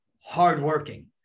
hardworking